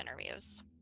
interviews